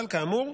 אבל כאמור,